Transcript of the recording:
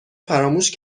فراموش